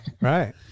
Right